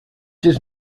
does